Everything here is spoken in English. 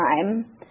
time